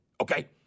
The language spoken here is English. okay